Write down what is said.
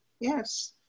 Yes